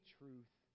truth